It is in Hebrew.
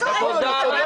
--- לא,